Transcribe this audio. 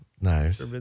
nice